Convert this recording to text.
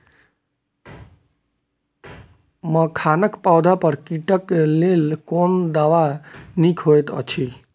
मखानक पौधा पर कीटक लेल कोन दवा निक होयत अछि?